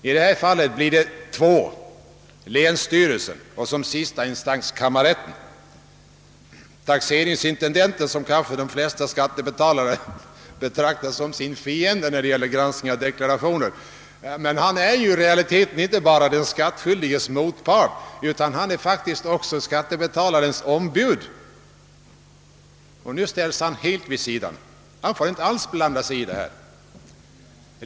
I det här fallet blir det två: länsstyrelsen och, som sista instans, kammarrätten. Taxeringsintendenten, som de flesta skattebetalare kanske betraktar som sin fiende när han granskar deklarationerna men som i realiteten inte bara är den skattskyldiges motpart utan också skattebetalarens ombud, ställs nu helt vid sidan och får inte alls blanda sig i saken.